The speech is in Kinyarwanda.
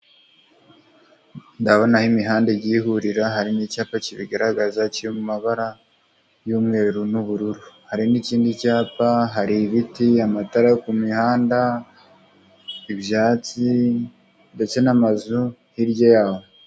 Ndabona aho imihanda igihurira hari n'icyapa kibigaragaza kiri mu mabara y'umweru n'ubururu, hari n'ikindi cyapa, hari ibiti, amatara ku mihanda, ibyatsi ndetse n'amazu hirya yaho.